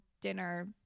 dinner